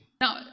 Now